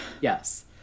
Yes